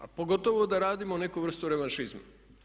A pogotovo da radimo neku vrstu revanšizma.